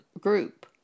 group